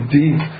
deep